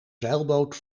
zeilboot